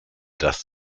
dass